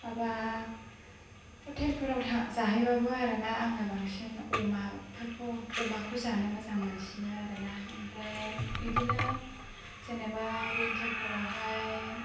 माबा हटेलफोराव था जाहैबाबो आरोना आङो बांसिन अमा फोरखौ अमाखौ जानो मोजां मोनसिनो आरोना ओमफ्राय इदिनो जेनैबा विनटारफोरावहाय